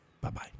Bye-bye